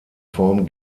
form